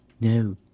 No